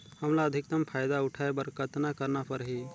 हमला अधिकतम फायदा उठाय बर कतना करना परही?